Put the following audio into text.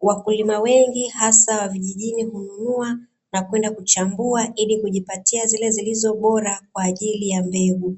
wakulima wengi hasa vijijini hununua na kwenda kuchambua ili kujipatia zile zilizo bora kwa ajili ya mbegu.